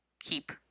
keep